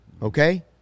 Okay